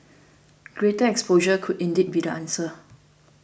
greater exposure could indeed be the answer